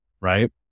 right